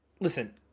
Listen